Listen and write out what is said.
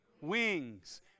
wings